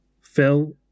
Phil